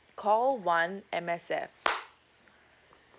call one M_S_F